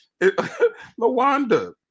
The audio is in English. Lawanda